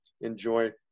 enjoy